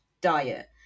diet